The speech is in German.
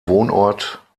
wohnort